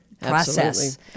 process